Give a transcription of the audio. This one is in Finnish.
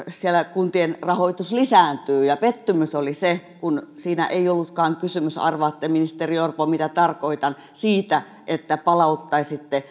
kuntien rahoitus lisääntyy pettymys oli se kun siinä ei ollutkaan kysymys arvaatte ministeri orpo mitä tarkoitan siitä että palauttaisitte